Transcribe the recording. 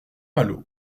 malo